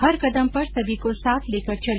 हर कदम पर सभी को साथ लेकर चले